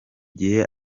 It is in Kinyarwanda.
gihe